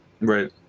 Right